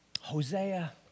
Hosea